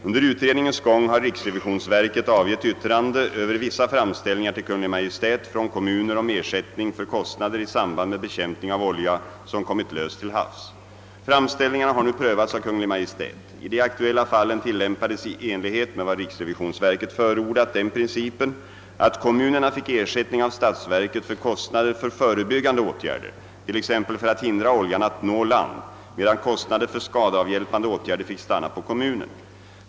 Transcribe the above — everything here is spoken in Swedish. Under utredningens gång har riksrevisionsverket avgett yttrande över vissa framställningar till Kungl. Maj:t från kommuner om ersättning för kostnader i samband med bekämpning av olja som kommit lös till havs. Framställningarna har nu prövats av Kungl. Maj:t. I de aktuella fallen tilllämpades, i enlighet med vad riksrevisionsverket förordat, den principen att kommunerna fick ersättning av statsverket för kostnader för förebyggande åtgärder, t.ex. för att hindra oljan att nå land, medan kostnader för skadeavhjälpande åtgärder fick stanna på kommunen.